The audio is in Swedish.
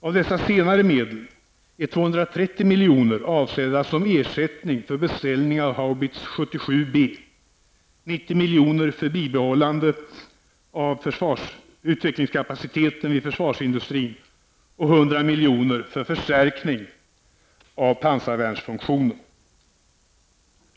Av dessa senare medel är 230 miljoner avsedda som ersättning för beställning av Haubits 77 , 90 miljoner för bibehållande av utvecklingskapacitet vid försvarsindustrin och 100 miljoner för förstärkning av pansarvärnsfunktionen.